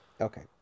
Okay